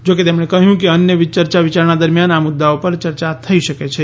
જોકે તેમણે કહ્યું કે અન્ય ચર્ચા વિચારણા દરમિયાન આ મુદ્દાઓ પર ચર્ચા થઈ શકે છે